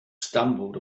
stumbled